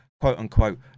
quote-unquote